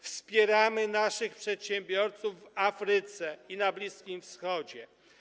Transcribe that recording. Wspieramy naszych przedsiębiorców w Afryce i na Bliskim Wschodzie.